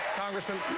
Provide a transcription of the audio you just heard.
congressman